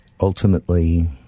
ultimately